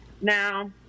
Now